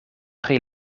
pri